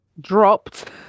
Dropped